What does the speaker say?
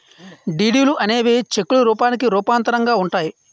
డీడీలు అనేవి చెక్కుల రూపానికి రూపాంతరంగా ఉంటాయి